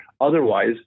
Otherwise